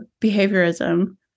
behaviorism